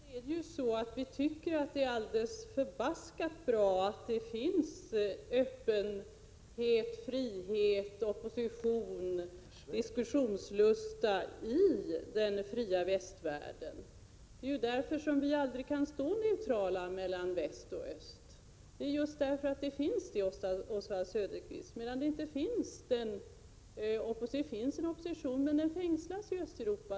Herr talman! Helt uppenbart är det så att vi tycker att det är alldeles förbaskat bra att det finns öppenhet, frihet, opposition, diskussionslusta i den fria västvärlden. Det är ju därför som vi aldrig kan stå neutrala mellan väst och öst — just på grund av att det finns sådana här faktorer i väst — medan det i Östeuropa visserligen finns en opposition, men den fängslas.